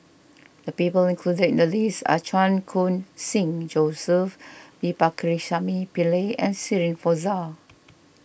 the people included in the list are Chan Khun Sing Joseph V Pakirisamy Pillai and Shirin Fozdar